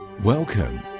Welcome